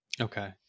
Okay